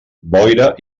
boira